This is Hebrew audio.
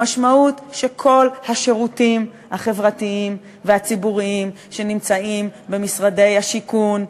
המשמעות שכל השירותים החברתיים והציבוריים שנמצאים במשרדי השיכון,